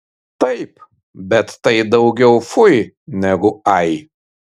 taip bet tai daugiau fui negu ai